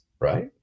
Right